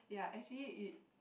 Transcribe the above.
ya actually it